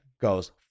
goes